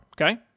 okay